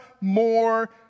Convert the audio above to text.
more